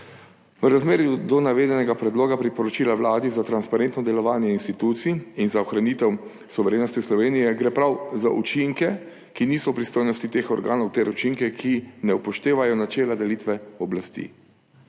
V razmerju do navedenega predloga priporočila Vladi za transparentno delovanje institucij in za ohranitev suverenosti Slovenije gre prav za učinke, ki niso v pristojnosti teh organov ter učinke, ki ne upoštevajo načela delitve oblasti.